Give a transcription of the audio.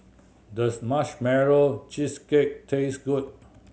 does Marshmallow Cheesecake taste good